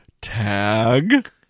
tag